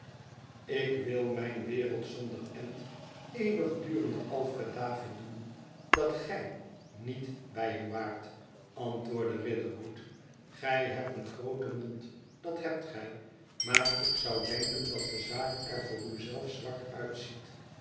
ik wil mijn wereld zonder end eeuwidurenden alfred david doen dat qij niet bij hem waart antwoordde riderhood gij hebt een grooten mond dat hebt gij maar ik zou denken dat de zaak er voor u zelf zwart uitziet